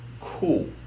cool